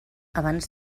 abans